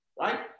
Right